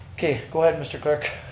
okay, go ahead, mr. clerk,